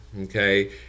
okay